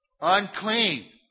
Unclean